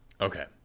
Okay